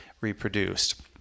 Reproduced